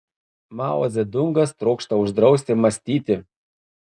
mao dzedungas trokšta uždrausti mąstyti